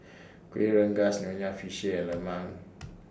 Kueh Rengas Nonya Fish Head and Lemang